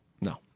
No